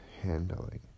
handling